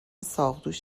ساقدوش